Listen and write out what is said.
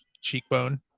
cheekbone